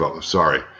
Sorry